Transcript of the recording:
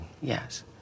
Yes